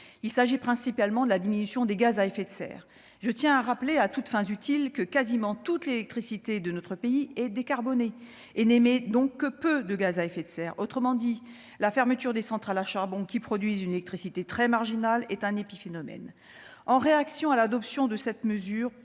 il s'agit principalement de la diminution des gaz à effet de serre. Je tiens à rappeler, à toutes fins utiles, que la quasi-totalité de la production électrique dans notre pays est décarbonée et n'émet donc que peu de gaz à effet de serre. Autrement dit, la fermeture des centrales à charbon, qui produisent une électricité très marginale, est un épiphénomène. En réaction à l'adoption de cette mesure,